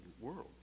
world